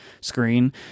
screen